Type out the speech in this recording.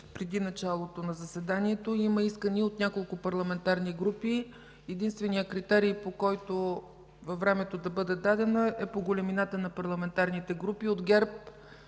преди началото на заседанието. Има искане от няколко парламентарни групи. Единственият критерий, по който във времето да бъде дадена думата, е големината на парламентарните групи. От ГЕРБ